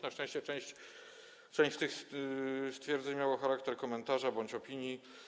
Na szczęście część tych stwierdzeń miała charakter komentarza bądź opinii.